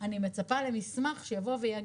אני שוב חוזר ומסכם.